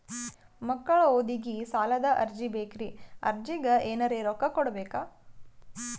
ಮಕ್ಕಳ ಓದಿಗಿ ಸಾಲದ ಅರ್ಜಿ ಬೇಕ್ರಿ ಅರ್ಜಿಗ ಎನರೆ ರೊಕ್ಕ ಕೊಡಬೇಕಾ?